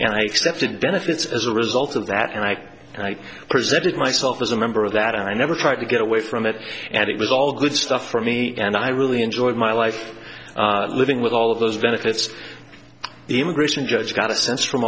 and i accepted benefits as a result of that and i and i presented myself as a member of that and i never tried to get away from it and it was all good stuff for me and i really enjoyed my life living with all of those benefits the immigration judge got a sense from